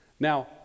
Now